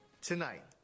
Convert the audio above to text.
Tonight